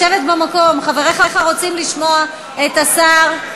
לשבת במקום, חבריך רוצים לשמוע את השר.